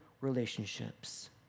relationships